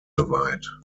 geweiht